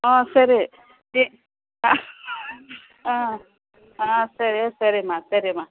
ಹಾಂ ಸರಿ ಹಾಂ ಹಾಂ ಹಾಂ ಸರಿ ಸರೀಮ್ಮಾ ಸರೀಮ್ಮಾ